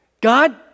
God